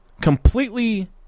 completely